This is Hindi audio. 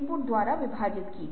और यह सब नवीनीकरण को बढ़ावा देगा